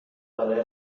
برای